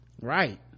right